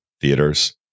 theaters